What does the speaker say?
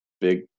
big